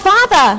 Father